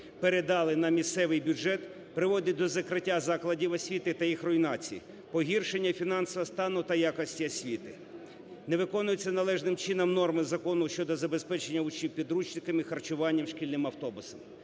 передали на місцевий бюджет, приводить до закриття закладів освіти та їх руйнації, погіршення фінансового стану та якості освіти. Не виконуються належним чином норми Закону щодо забезпечення учнів підручниками, харчуванням, шкільними автобусами.